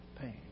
pain